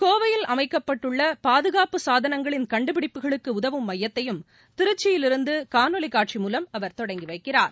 கோவையில் அமைக்கப்பட்டுள்ள பாதுகாப்பு சாதனங்களின் கண்டுபிடிப்புகளுக்கு உதவும் மையத்தையும் திருச்சியிலிருந்து காணொலி காட்சி மூலம் அவர் தொடங்கி வைக்கிறார்